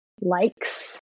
likes